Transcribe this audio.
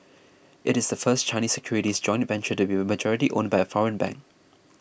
it is the first Chinese securities joint venture to be majority owned by a foreign bank